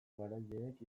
garaileek